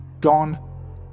Gone